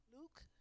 Luke